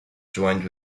joint